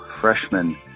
freshman